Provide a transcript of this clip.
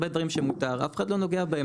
יש הרבה דברים שמותר ואף אחד לא נוגע בהם.